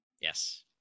Yes